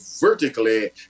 vertically